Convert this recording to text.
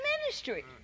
ministry